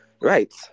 Right